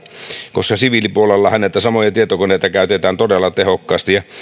koska siviilipuolellahan näitä samoja tietokoneita käytetään todella tehokkaasti